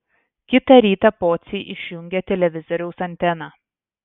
kitą rytą pociai išjungė televizoriaus anteną